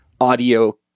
audio